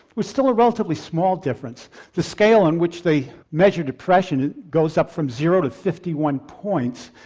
was still a relatively small difference the scale on which they measured depression goes up from zero to fifty one points,